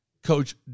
Coach